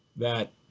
that,